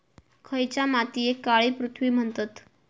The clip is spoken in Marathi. खयच्या मातीयेक काळी पृथ्वी म्हणतत?